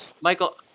Michael